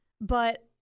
But-